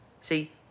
See